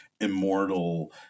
immortal